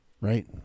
right